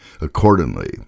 accordingly